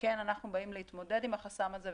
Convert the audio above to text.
וכן אנחנו באים להתמודד עם החסם הזה,